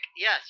Yes